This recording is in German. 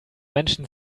menschen